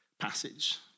passage